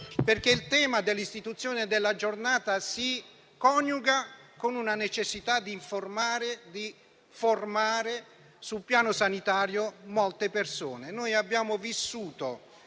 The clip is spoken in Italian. Il tema dell'istituzione della giornata si coniuga infatti con una necessità di informare e di formare sul piano sanitario molte persone. Noi abbiamo vissuto